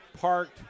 parked